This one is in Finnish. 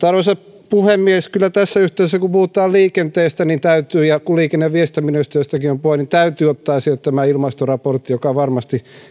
arvoisa puhemies kyllä tässä yhteydessä kun puhutaan liikenteestä ja kun liikenne ja viestintäministeriöstäkin on puhe täytyy ottaa esille tämä ilmastoraportti joka varmasti